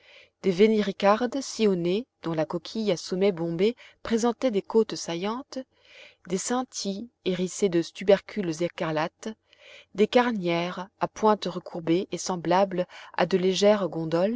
des vénéricardes sillonnées dont la coquille à sommet bombé présentait des côtes saillantes des cynthies hérissées de tubercules écarlates des carniaires à pointe recourbées et semblables à de légères gondoles